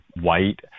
white